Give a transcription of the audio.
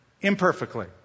imperfectly